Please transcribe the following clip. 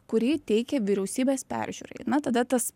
kurį teikia vyriausybės peržiūrai na tada tas